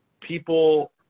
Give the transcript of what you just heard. people